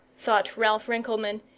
thought ralph rinkelmann,